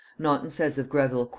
naunton says of greville,